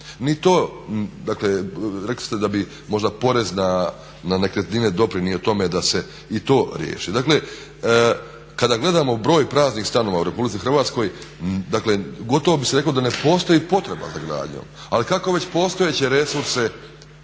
Ni to, dakle rekli ste da bi možda porez na nekretnine doprinio tome da se i to riješi. Dakle, kada gledamo broj praznih stanova u RH, dakle gotovo bi se reklo da ne postoji potreba za gradnjom. Ali kako već postojeće resurse